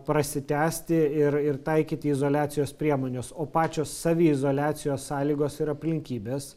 prasitęsti ir ir taikyti izoliacijos priemones o pačios saviizoliacijos sąlygos ir aplinkybės